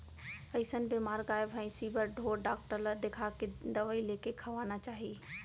अइसन बेमार गाय भइंसी बर ढोर डॉक्टर ल देखाके दवई लेके खवाना चाही